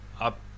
up